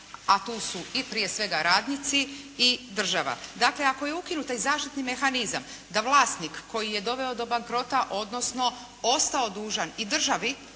a tu su i prije svega radnici i država. Dakle, ako je ukinut taj zaštitni mehanizam da vlasnik koji je doveo do bankrota odnosno ostao dužan i državi